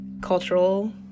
cultural